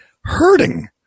hurting